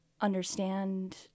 understand